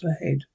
ahead